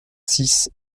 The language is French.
six